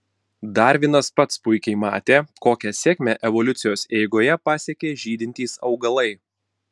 darvinas pats puikiai matė kokią sėkmę evoliucijos eigoje pasiekė žydintys augalai